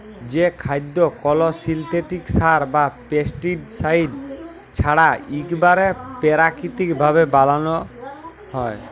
যে খাদ্য কল সিলথেটিক সার বা পেস্টিসাইড ছাড়া ইকবারে পেরাকিতিক ভাবে বানালো হয়